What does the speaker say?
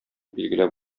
билгеләп